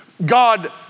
God